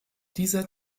dieser